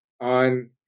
on